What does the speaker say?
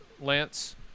Lance